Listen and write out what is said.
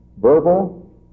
Verbal